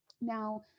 now